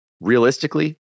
realistically